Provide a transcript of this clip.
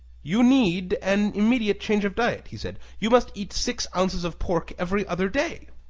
you need an immediate change of diet, he said you must eat six ounces of pork every other day.